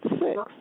six